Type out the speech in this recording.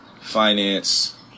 finance